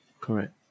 correct